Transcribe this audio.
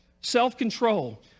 Self-control